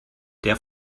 der